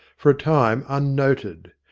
for a time unnoted.